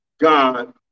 God